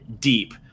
deep